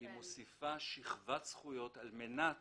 היא מוסיפה שכבת זכויות, על מנת